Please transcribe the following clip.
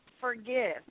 forgive